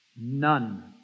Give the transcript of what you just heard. None